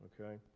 Okay